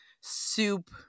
soup